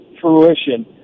fruition